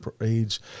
age